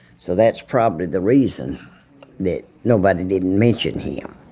so that's probably the reason that nobody didn't mention him